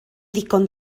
ddigon